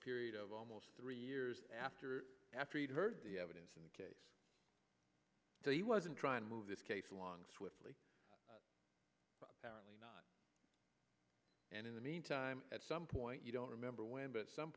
period of almost three years after after he'd heard the evidence in the case that he wasn't trying to move this case along swiftly apparently and in the meantime at some point you don't remember when but some